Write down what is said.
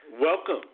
Welcome